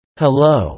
hello